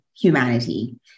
humanity